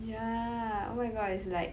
yeah oh my god it's like